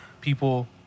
people